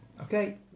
okay